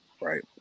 right